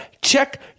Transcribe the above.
check